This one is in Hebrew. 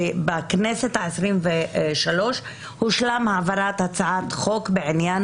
בכנסת העשרים ושלוש הושלמה העברת הצעת החוק בעניין